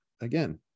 again